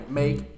make